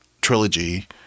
trilogy